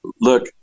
Look